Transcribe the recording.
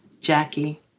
Jackie